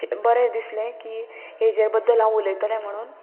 बरें दिसलें की हेजेर बद्दल हांव उलयतलें म्हणून